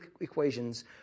equations